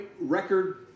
record